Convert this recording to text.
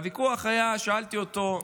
בוויכוח שאלתי אותו: